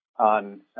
on